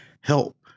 help